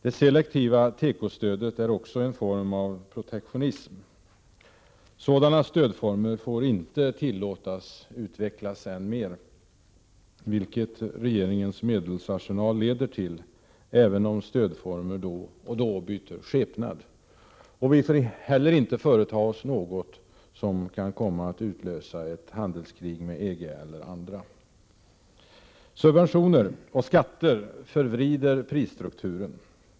Det selektiva tekostödet är också en form av protektionism. Sådana stödformer får inte tillåtas utvecklas än mer, vilket regeringens medelsarsenal leder till även om stödformer då och då byter skepnad. Vi får inte heller företa oss något som kan utlösa ett handelskrig med EG eller någon annan organisation. Subventioner och skatter förvrider prisstrukturen.